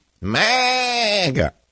mega